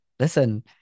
Listen